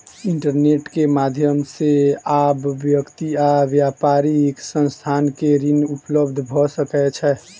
internet के माध्यम से आब व्यक्ति आ व्यापारिक संस्थान के ऋण उपलब्ध भ सकै छै